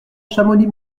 chamonix